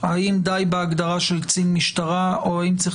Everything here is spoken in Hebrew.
האם די בהגדרה של קצין משטרה או האם צריך